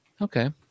Okay